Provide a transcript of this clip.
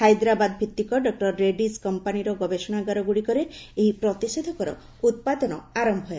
ହାଇଦ୍ରାବାଦ ଭିତିକ ଡକୁର ରେଡ଼ୁଜ୍ କମ୍ପାନୀର ଗବେଷଣାଗାର ଗୁଡିକରେ ଏହି ପ୍ରତିଷେଧକର ଉତ୍ପାଦନ ଆରମ୍ଭ ହେବ